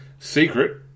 secret